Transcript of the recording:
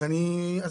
אז זה שופרסל.